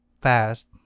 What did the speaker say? fast